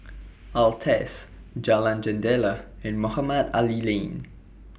Altez Jalan Jendela and Mohamed Ali Lane